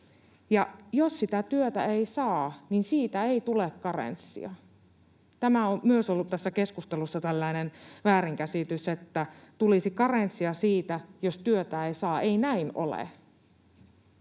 jos sitä työtä ei saa, niin siitä ei tule karenssia. Tämä on myös ollut tässä keskustelussa tällainen väärinkäsitys, että tulisi karenssia siitä, jos työtä ei saa. Ei näin ole.